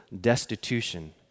destitution